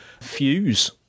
Fuse